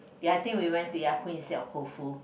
ya I think we went to Ya-Kun instead of KouFu